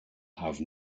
have